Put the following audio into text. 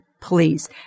please